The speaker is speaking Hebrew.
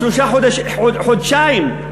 חודשיים,